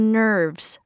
nerves